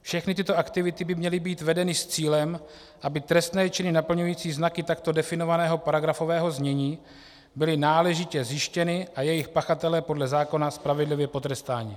Všechny tyto aktivity by měly být vedeny s cílem, aby trestné činy naplňující znaky takto definovaného paragrafového znění byly náležitě zjištěny a jejich pachatelé podle zákona spravedlivě potrestáni.